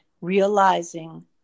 realizing